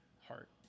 heart